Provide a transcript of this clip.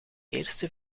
eerste